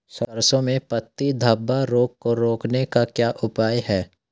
सरसों में पत्ती धब्बा रोग को रोकने का क्या उपाय है?